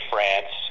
France